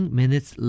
minutes